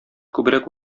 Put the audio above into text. күбрәк